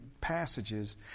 passages